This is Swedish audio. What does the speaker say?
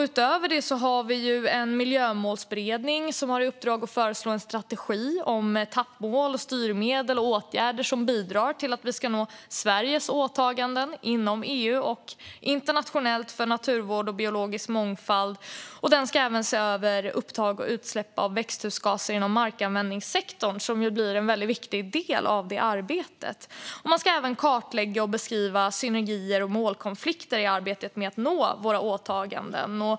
Utöver det har en miljömålsberedning i uppdrag att föreslå en strategi för etappmål, styrmedel och åtgärder som bidrar till att vi ska uppnå Sveriges åtaganden inom EU och internationellt för naturvård och biologisk mångfald. Den ska även se över upptag och utsläpp av växthusgaser inom markanvändningssektorn, som blir en viktig del av arbetet. Den ska även kartlägga och beskriva synergier i arbetet med att uppnå våra åtaganden.